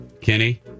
Kenny